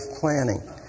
planning